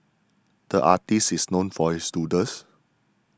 the artist is known for his doodles